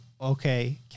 okay